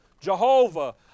Jehovah